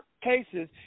cases